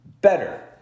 Better